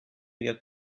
get